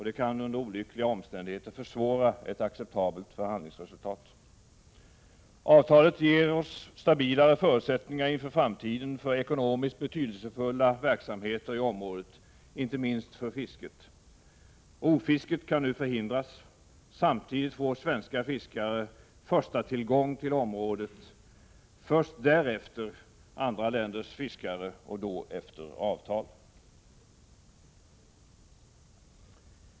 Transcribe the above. Det kan under olyckliga omständigheter försvåra ett acceptabelt förhandlingsresultat. Avtalet ger stabilare förutsättningar inför framtiden för ekonomiskt betydelsefulla verksamheter i området, inte minst för fisket. Rovfisket kan nu förhindras. Samtidigt får svenska fiskare förstatillgång till området. Först därefter får andra länders fiskare tillgång till området, och då efter avtal.